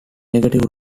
negative